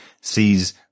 sees